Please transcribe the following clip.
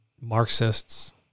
Marxists